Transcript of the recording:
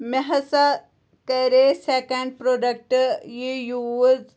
مےٚ ہَسا کَرے سٮ۪کنٛڈ پروڈَکٹ یہِ یوٗز